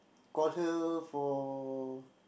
call her for